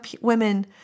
women